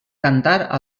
cantar